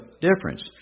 difference